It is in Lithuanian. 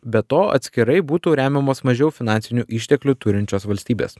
be to atskirai būtų remiamos mažiau finansinių išteklių turinčios valstybės